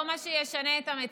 אבל זה לא מה שישנה את המציאות.